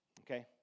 okay